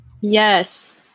yes